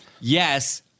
Yes